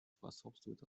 способствует